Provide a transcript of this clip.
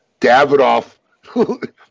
davidoff